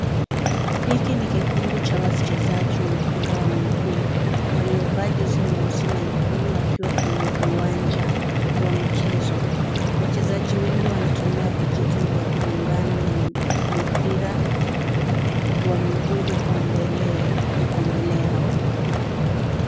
Hiki ni kikundi cha wachezaji wa mpira wa miguu waliovaa jezi nyeusi na nyekundu wakiwa kwenye uwanja wa michezo. Wachezaji wengi wanatumia vijiti vya kuungana na mipira wa miguu huko mbele yao.